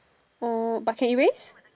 oh but can erase